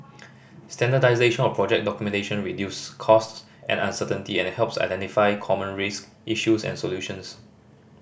standardisation of project documentation reduces costs and uncertainty and helps identify common risk issues and solutions